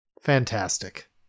fantastic